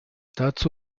dazu